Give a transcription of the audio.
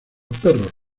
perros